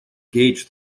gauge